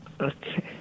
Okay